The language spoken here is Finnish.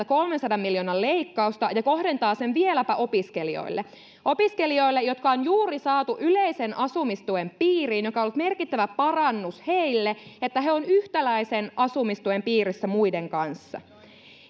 kolmensadan miljoonan leikkausta ja kohdentavat sen vieläpä opiskelijoille opiskelijoille jotka on juuri saatu yleisen asumistuen piiriin mikä on ollut merkittävä parannus heille se että he ovat yhtäläisen asumistuen piirissä muiden kanssa